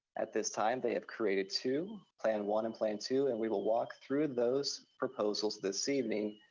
at this time, they have created two, plan one and plan two, and we will walk through those proposals this evening,